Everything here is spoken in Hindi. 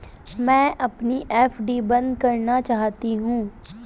मैं अपनी एफ.डी बंद करना चाहती हूँ